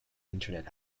internet